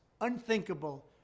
unthinkable